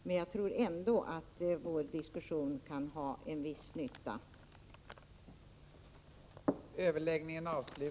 Men jag tror ändå att vår diskussion kan ha en viss nytta med sig.